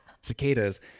cicadas